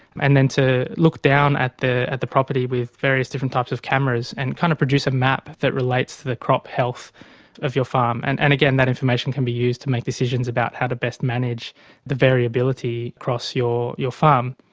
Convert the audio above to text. and then to look down at the at the property with various different types of cameras and kind of produce a map that relates to the crop health of your farm. and and again, that information can be used to make decisions about how to best manage the variability across your your farm.